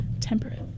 Temperate